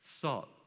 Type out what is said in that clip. salt